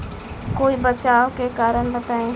कोई बचाव के कारण बताई?